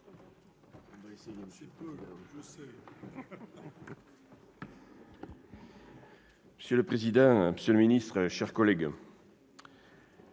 Monsieur le président, monsieur le ministre, mes chers collègues,